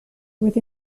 with